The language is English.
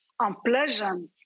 unpleasant